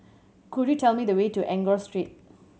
could you tell me the way to Enggor Street